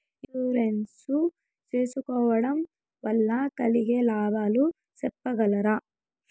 Insurance సేసుకోవడం వల్ల కలిగే లాభాలు సెప్పగలరా?